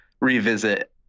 revisit